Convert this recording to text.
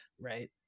right